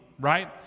right